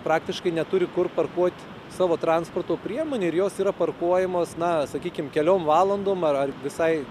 praktiškai neturi kur parkuot savo transporto priemonę ir jos yra parkuojamos na sakykim keliom valandom ar ar visai